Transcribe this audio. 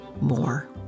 more